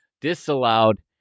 disallowed